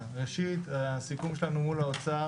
ראשית, הסיכום שלנו מול האוצר